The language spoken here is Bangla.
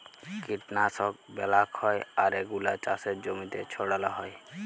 কীটলাশক ব্যলাক হ্যয় আর এগুলা চাসের জমিতে ছড়াল হ্য়য়